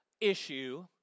issue